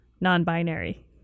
non-binary